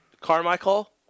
Carmichael